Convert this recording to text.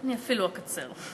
אני אפילו אקצר.